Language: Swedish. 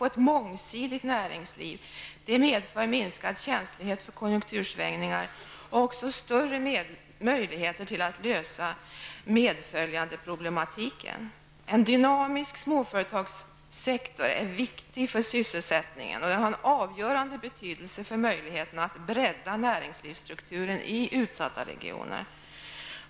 Ett mångsidigt näringsliv medför minskad känslighet för konjunktursvängningar och större möjligheter att lösa ''medföljandeproblematiken''. En dynamisk småföretagssektor är viktig för sysselsättningen, och den har en avgörande betydelse för möjligheterna att bredda näringslivsstrukturerna i utsatta regioner.